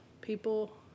people